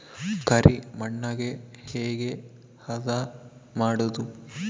ಕರಿ ಮಣ್ಣಗೆ ಹೇಗೆ ಹದಾ ಮಾಡುದು?